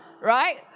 Right